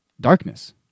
darkness